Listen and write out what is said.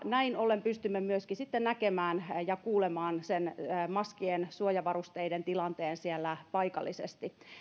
näin ollen pystymme myöskin näkemään ja kuulemaan sen maskien suojavarusteiden tilanteen siellä paikallisesti